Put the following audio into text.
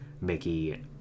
Mickey